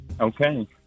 Okay